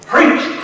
Preach